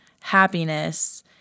happiness